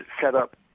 setup